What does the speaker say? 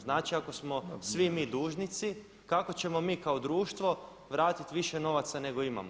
Znači ako smo svi mi dužnici kako ćemo mi kao društvo vratiti više novaca nego imamo?